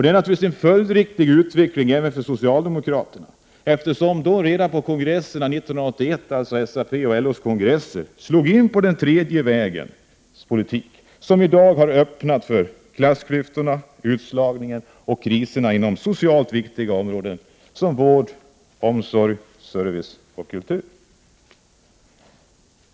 Det är naturligtvis en följdriktig utveckling för socialdemokraterna, eftersom de redan vid SAP:s och LO:s kongresser 1981 slog in på den tredje vägens politik, som i dag har öppnat för klassklyftorna, utslagningen och kriserna inom socialt viktiga områden som vård, omsorg, service och kultur.